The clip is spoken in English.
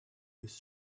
his